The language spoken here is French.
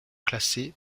classé